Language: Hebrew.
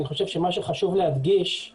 אני חושב שמה שחשוב להדגיש זה